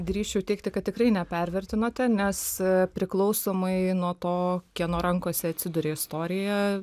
drįsčiau teigti kad tikrai nepervertinote nes priklausomai nuo to kieno rankose atsiduria istorija